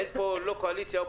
אין פה לא קואליציה-אופוזיציה.